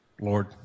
Lord